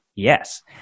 Yes